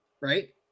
right